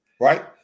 Right